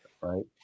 right